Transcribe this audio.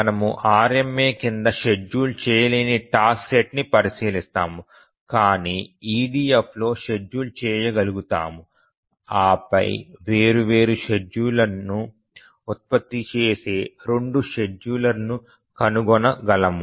మనము RMA క్రింద schedule చేయలేని టాస్క్ సెట్ ని పరిశీలిస్తాము కాని EDF లో షెడ్యూల్ చేయగలుగుతాము ఆ పై వేర్వేరు షెడ్యూల్లను ఉత్పత్తి చేసే 2 షెడ్యూలర్లను కనుగొనగలము